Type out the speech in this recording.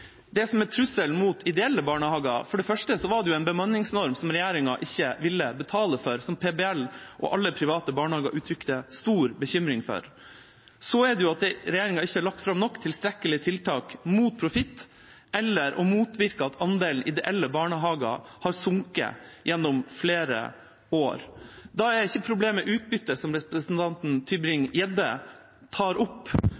Det som er trusselen mot ideelle barnehager, er for det første en bemanningsnorm som regjeringa ikke vil betale for, som PBL og alle private barnehager har uttrykt stor bekymring for. Videre har ikke regjeringa lagt fram tilstrekkelige tiltak mot profitt eller for å motvirke nedgang i andelen ideelle barnehager, som har sunket gjennom flere år. Da er ikke problemet utbytte, som representanten